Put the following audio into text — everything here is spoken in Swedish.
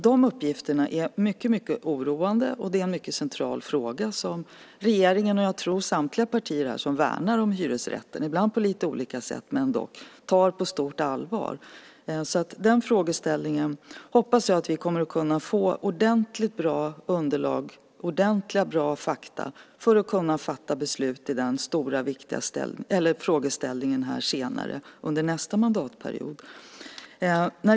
De uppgifterna är mycket oroande, och det är en mycket central fråga som regeringen och jag tror att samtliga partier som värnar om hyresrätten, ibland på olika sätt men ändå, tar på stort allvar. I den frågeställningen hoppas jag att vi kommer att kunna få ordentligt bra underlag och fakta för att kunna fatta beslut i den stora viktiga frågan senare under nästa mandatperiod.